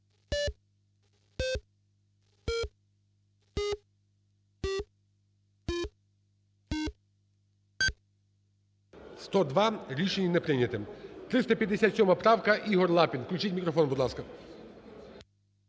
За-102 Рішення не прийнято. 357 правка. Ігор Лапін. Включіть мікрофон, будь ласка.